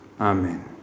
Amen